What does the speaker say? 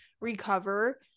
recover